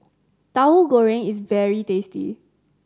Tauhu Goreng is very tasty